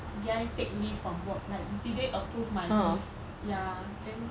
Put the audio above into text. did I take leave from work like did they approve my leave ya then